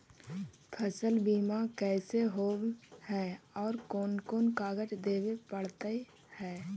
फसल बिमा कैसे होब है और कोन कोन कागज देबे पड़तै है?